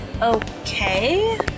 Okay